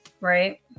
right